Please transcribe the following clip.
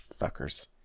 fuckers